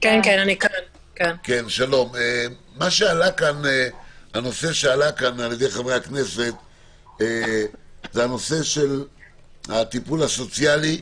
מה שעלה פה על-ידי חברי הכנסת זה הנושא של הטיפול הסוציאלי,